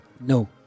No